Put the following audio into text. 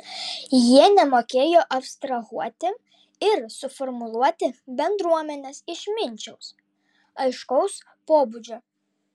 jie nemokėjo abstrahuoti ir suformuluoti bendruomenės išminčiaus aiškaus pobūdžio